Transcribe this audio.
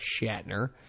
Shatner